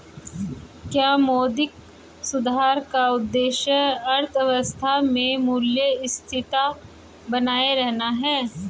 क्या मौद्रिक सुधार का उद्देश्य अर्थव्यवस्था में मूल्य स्थिरता बनाए रखना है?